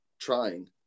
trying